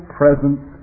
presence